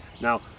Now